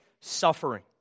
suffering